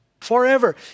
Forever